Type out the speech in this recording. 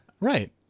Right